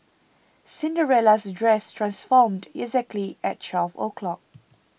Cinderella's dress transformed exactly at twelve o'clock